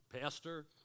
pastor